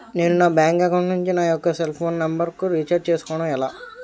నేను నా bank account నుంచి నా యెక్క సెల్ ఫోన్ నంబర్ కు రీఛార్జ్ చేసుకోవడం ఎలా?